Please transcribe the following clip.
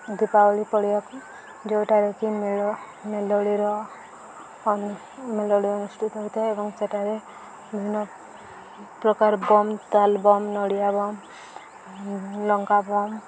ଦୀପାବଳି ପଡ଼ିବାକୁ ଯେଉଁଟାରେକି ମେଳ ମେଲୋଡ଼ିର ମେଲୋଡ଼ି ଅନୁଷ୍ଠିତ ହୋଇଥାଏ ଏବଂ ସେଠାରେ ବିଭିନ୍ନ ପ୍ରକାର ବମ୍ ତାଲ ବମ୍ ନଡ଼ିଆ ବମ୍ ଲଙ୍କା ବମ୍